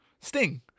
Sting